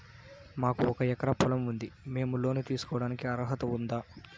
మాకు ఒక ఎకరా పొలం ఉంది మేము లోను తీసుకోడానికి అర్హత ఉందా